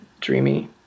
dreamy